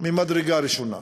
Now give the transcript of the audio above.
ממדרגה ראשונה,